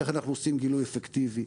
איך אנחנו עושים גילוי אפקטיבי,